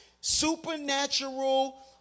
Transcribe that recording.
supernatural